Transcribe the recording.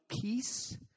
peace